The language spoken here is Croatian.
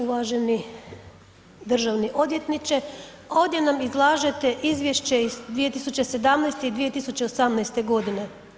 Uvaženi državni odvjetniče, ovdje nam izlažete izvješće iz 2017. i 2018. godine.